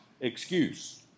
excuse